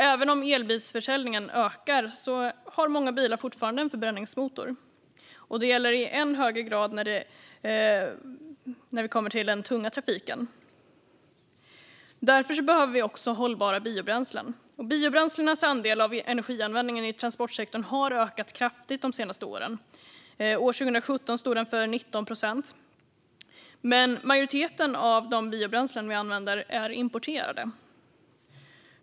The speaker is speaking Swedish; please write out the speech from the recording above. Även om elbilsförsäljningen ökar har många bilar fortfarande förbränningsmotor, och det gäller i än högre grad för den tunga trafiken. Därför behöver vi också hållbara biobränslen. Biobränslenas andel av energianvändningen i transportsektorn har ökat kraftigt de senaste åren, och år 2017 stod den för 19 procent. Men majoriteten av de biobränslen vi använder är importerade.